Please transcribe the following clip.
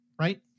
Right